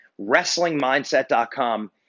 wrestlingmindset.com